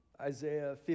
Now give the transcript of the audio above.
Isaiah